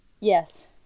yes